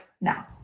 now